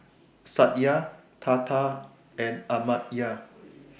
Satya Tata and Amartya